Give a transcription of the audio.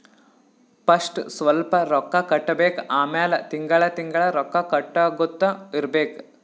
first ಸ್ವಲ್ಪ್ ರೊಕ್ಕಾ ಕಟ್ಟಬೇಕ್ ಆಮ್ಯಾಲ ತಿಂಗಳಾ ತಿಂಗಳಾ ರೊಕ್ಕಾ ಕಟ್ಟಗೊತ್ತಾ ಇರ್ಬೇಕ್